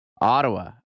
Ottawa